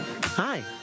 Hi